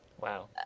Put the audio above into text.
wow